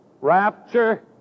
rapture